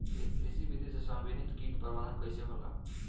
कृषि विधि से समन्वित कीट प्रबंधन कइसे होला?